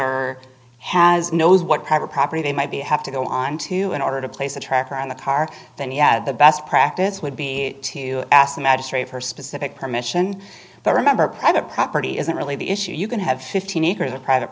r has knows what private property they might be have to go on to in order to place a tracker on the car that he had the best practice would be to ask the magistrate for specific permission but remember private property isn't really the issue you can have fifteen acres of private